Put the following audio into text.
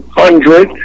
hundred